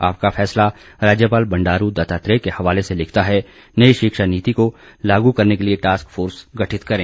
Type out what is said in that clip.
आपका फैसला राज्यपाल बंडारू दत्तात्रेय के हवाले से लिखता है नई शिक्षा नीति को लागू करने के लिए टास्क फोर्स गठित करें